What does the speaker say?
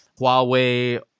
huawei